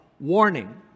warning